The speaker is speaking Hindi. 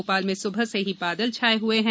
भोपाल में सुबह से ही बादल छाये हुए हैं